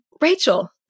Rachel